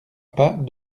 pas